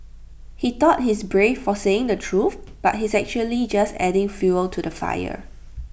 he thought he's brave for saying the truth but he's actually just adding fuel to the fire